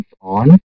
on